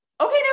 okay